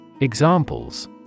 Examples